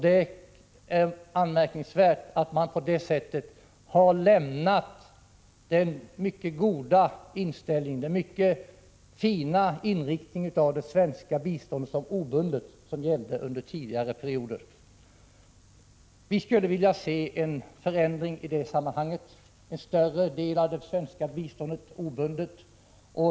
Det är anmärkningsvärt att man på det sättet har lämnat den mycket fina inriktningen av det svenska biståndet som obundet som gällde tidigare perioder. Vi skulle vilja se en förändring i det sammanhanget, så att en större del av det svenska biståndet är obundet.